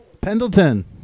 Pendleton